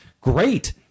Great